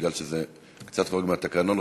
כי זה קצת חורג מהתקנון.